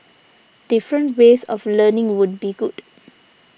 different ways of learning would be good